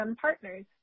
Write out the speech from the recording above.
Partners